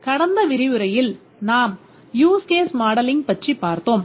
கடந்த விரிவுரையில் நாம் யூஸ் கேஸ் மாடலிங் பற்றி பார்த்தோம்